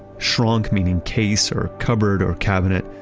schrank meaning case or cupboard or cabinet,